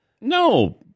No